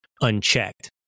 unchecked